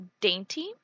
dainty